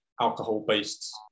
alcohol-based